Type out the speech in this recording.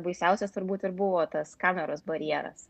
baisiausias turbūt ir buvo tas kameros barjeras